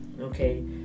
Okay